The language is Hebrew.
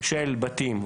של בתים,